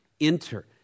enter